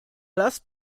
last